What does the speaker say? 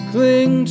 Cling